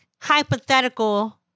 hypothetical